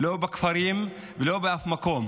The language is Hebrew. לא בכפרים ולא באף מקום.